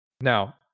now